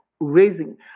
raising